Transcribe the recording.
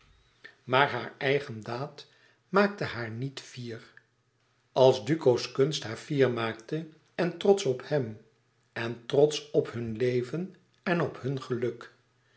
maar haar eigen daad maakte haar niet fier als duco's kunst haar fier maakte en trotsch op hem en trotsch op hun leven en op hun geluk